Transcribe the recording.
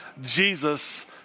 Jesus